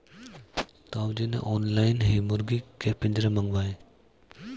ताऊ जी ने ऑनलाइन ही मुर्गी के पिंजरे मंगाए